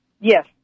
Yes